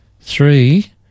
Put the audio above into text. Three